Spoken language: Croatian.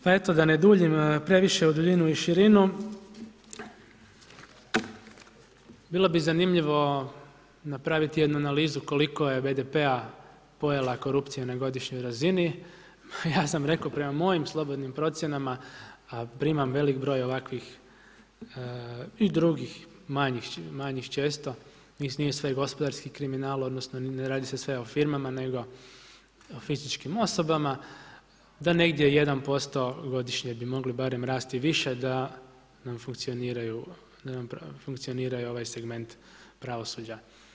Pa eto da ne duljim previše u duljinu i širinu, bilo bi zanimljivo napraviti jednu analizu koliko je BDP-a pojela korupcija na godišnjoj razini a ja sam rekao prema mojim slobodnim procjenama primam veliki broj ovakvih i drugih manjih, manjih često, nije sve gospodarski kriminal, odnosno ne radi se sve o firmama nego o fizičkim osobama da negdje 1% godišnje bi mogli barem rasti više da nam funkcioniraju, da nam funkcionira i ovaj segment pravosuđa.